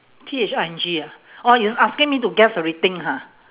T H I N G ah oh it's asking me to guess everything ha